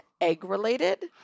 egg-related